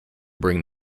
bring